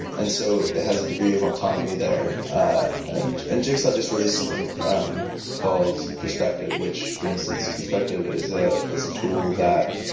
and so has a degree of autonomy there. ah and and jigsaw just released something called perspective, which, for instance, perspective is ah is a tool that